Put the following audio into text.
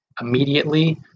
immediately